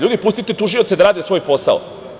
Ljudi, pustite tužioce da rade svoj posao.